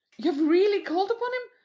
you have really called upon him?